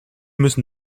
müssen